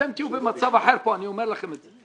ואתם תהיו במצב אחר פה, אני אומר לכם את זה.